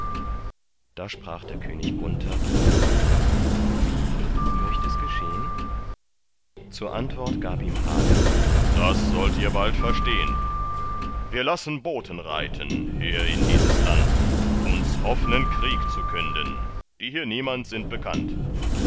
da sprach der könig gunther wie möcht es geschehn zur antwort gab ihm hagen das sollt ihr bald verstehn wir lassen boten reiten her in dieses land uns offnen krieg zu künden die hier niemand sind bekannt